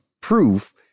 proof